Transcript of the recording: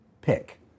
pick